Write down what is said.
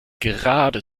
gerade